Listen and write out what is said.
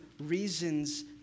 reasons